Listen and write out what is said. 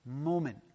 moment